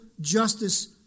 justice